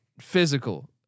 physical